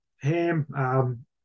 Ham